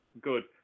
good